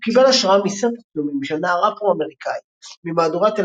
הוא קיבל השראה מסט תצלומים של נער אפרו-אמריקאי ממהדורת 1940